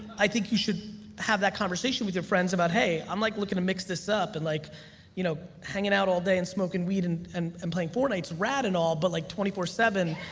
i think you should have that conversation with your friends about, hey, i'm like looking to mix this up, and like you know hanging out all day and smoking weed and and playing fortnite's rad and all but like twenty four seven,